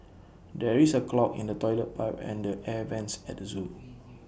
there is A clog in the Toilet Pipe and the air Vents at the Zoo